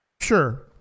Sure